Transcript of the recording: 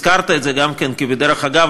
הזכרת את זה גם כן כבדרך אגב,